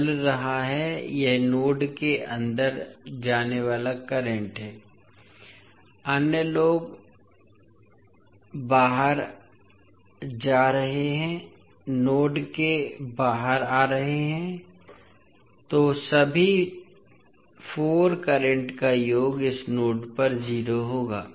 तो यह चल रहा है यह नोड के अंदर जाने वाला करंट है अन्य लोग बाहर जा रहे हैं नोड के बाहर आ रहे हैं इसलिए सभी 4 करंट का योग इस नोड पर 0 होगा